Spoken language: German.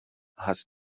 hast